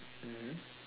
mmhmm